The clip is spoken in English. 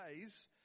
days